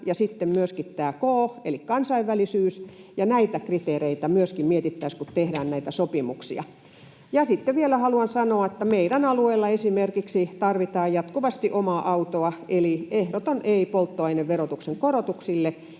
myöskin tämä K eli kansainvälisyys — ja myöskin näitä kriteereitä mietittäisiin, kun tehdään näitä sopimuksia. Sitten vielä haluan sanoa, että esimerkiksi meidän alueellamme tarvitaan jatkuvasti omaa autoa eli ehdoton ”ei” polttoaineverotuksen korotuksille